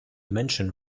menschen